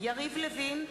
יריב לוין,